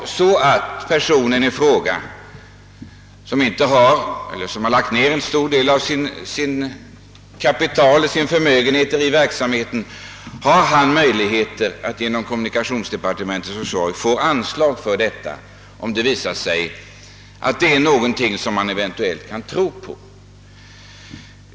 Han kanske redan har lagt ned en stor del av sitt kapital i uppfinningen och annars inte har möjlighet att fortsätta forskningen.